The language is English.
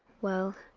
well,